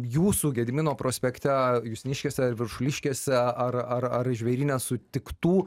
jūsų gedimino prospekte justiniškėse ar viršuliškėse ar ar žvėryne sutiktų